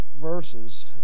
verses